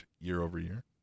year-over-year